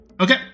Okay